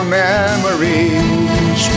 memories